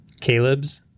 Caleb's